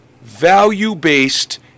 value-based